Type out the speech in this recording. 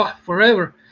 forever